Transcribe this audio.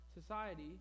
society